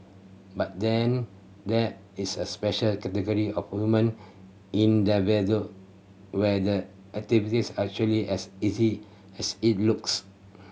but then there is a special category of human endeavour where the activities are actually as easy as it looks